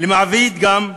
למעביד גם,